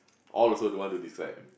all also don't want to describe